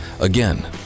Again